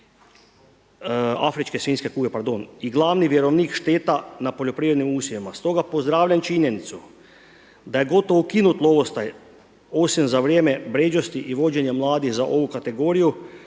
afričke svinjske kuge, pardon i glavni vjerovnik šteta na poljoprivrednim usjevima. Stoga pozdravljam činjenicu da je gotovo ukinut lovostaj, osim za vrijeme bređosti i vođenja mladih za ovu kategoriju